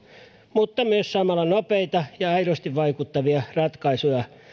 mutta myös samalla nopeita ja aidosti vaikuttavia ratkaisuja